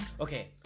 Okay